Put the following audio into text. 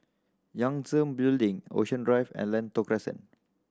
Yangtze Building Ocean Drive and Lentor Crescent